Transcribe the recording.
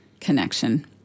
connection